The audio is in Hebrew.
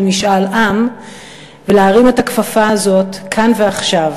משאל עם ולהרים את הכפפה הזאת כאן ועכשיו,